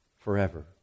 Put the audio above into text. forever